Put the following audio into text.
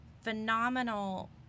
phenomenal